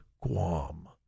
Guam